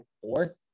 fourth